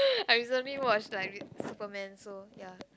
I recently watch like Superman so ya